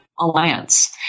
alliance